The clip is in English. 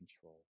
control